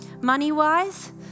Money-wise